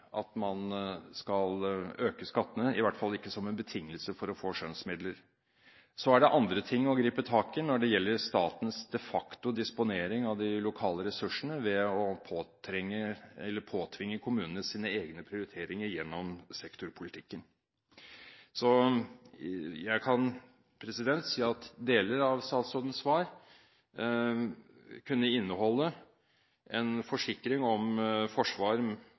at man skal øke skattene, i hvert fall ikke som en betingelse for å få skjønnsmidler. Så er det andre ting å gripe tak i når det gjelder statens de facto disponering av de lokale ressursene ved å påtvinge kommunene sine egne prioriteringer gjennom sektorpolitikken. Jeg kan si at deler av statsrådens svar kunne inneholde en forsikring om forsvar